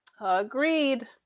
Agreed